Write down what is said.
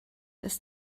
des